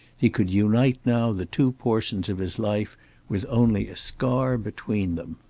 he could unite now the two portions of his life with only a scar between them.